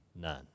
none